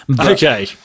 Okay